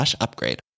upgrade